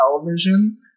television –